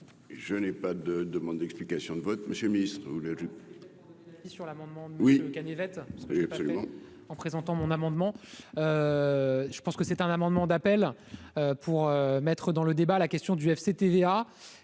Je n'ai pas de demande d'explications de vote Monsieur Ministre ou les